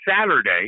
Saturday